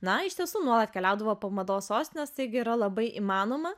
na iš tiesų nuolat keliaudavo po mados sostines taigi yra labai įmanoma